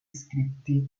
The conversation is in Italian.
iscritti